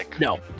No